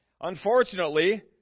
Unfortunately